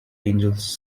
angels